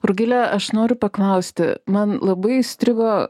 rugile aš noriu paklausti man labai įstrigo